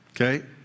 Okay